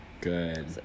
good